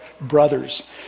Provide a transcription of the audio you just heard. brothers